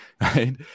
right